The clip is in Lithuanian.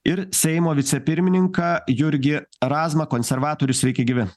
ir seimo vicepirmininką jurgį razmą konservatorių sveiki gyvi